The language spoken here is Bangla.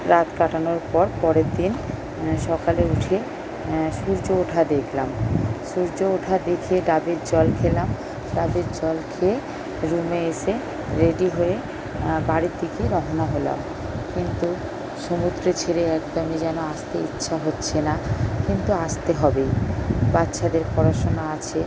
রাত কাটানোর পর পরের দিন সকালে উঠে সূর্য ওঠা দেখলাম সূর্য ওঠা দেখে ডাবের জল খেলাম ডাবের জল খেয়ে রুমে এসে রেডি হয়ে বাড়ির দিকে রওনা হলাম কিন্তু সমুদ্র ছেড়ে একদমই যেন আসতে ইচ্ছা হচ্ছে না কিন্তু আসতে হবেই বাচ্চাদের পড়াশোনা আছে